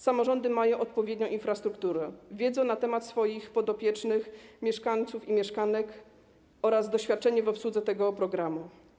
Samorządy mają odpowiednią infrastrukturę, wiedzę na temat potrzeb swoich podopiecznych, mieszkańców i mieszkanek oraz doświadczenie w obsłudze programu.